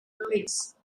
release